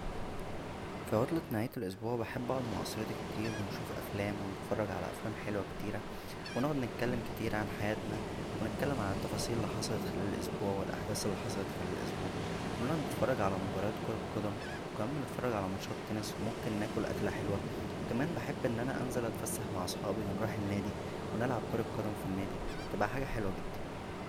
فى عطلة نهاية الاسبوع بحب اقعد مع اسرتى كتير و نشوف افلا و نتفرج على افلام حلوه كتيره و نقعد نتكلم كتير عن حياتنا و نتكلم عالتفاصيل اللى حصلت خلال الاسبوع و الاحداث اللى حصلت خلال الاسبوع و نقعد نتفرج على مباراة كرة قدم و كمان بنتفرج على ماتشات تنس وممكن ناكل اكله حلوه وكمان بحب ان انا انزل اتفسح مع صحابى و نروح النادى و نلعب كورة قدم فالنادى بتبقى حاجه حلوه جدا